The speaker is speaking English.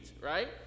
right